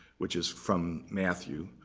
which is from matthew.